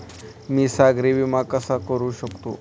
मी सागरी विमा कसा करू शकतो?